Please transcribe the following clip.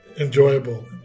enjoyable